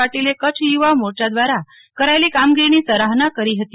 પાટીલે કચ્છ યુવા મોરચા દવારા કરાયેલી કામગોરીનસ સરાહના કરી હતી